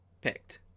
picked